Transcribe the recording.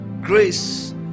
grace